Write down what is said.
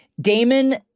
Damon